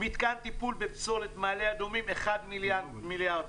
מתקן טיפול בפסולת במעלה אדומים 1 מיליארד שקל,